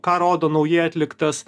ką rodo naujai atliktas